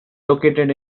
located